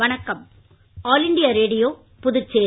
வணக்கம் all India radio Puducherry